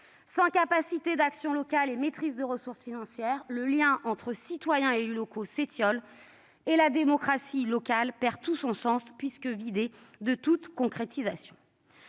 Sans capacité d'action locale ni maîtrise des ressources financières, le lien entre citoyens et élus locaux s'étiole, et la démocratie locale, vidée de toute concrétisation,